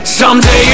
someday